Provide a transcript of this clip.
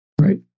Right